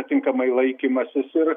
atinkamai laikymasis ir